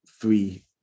three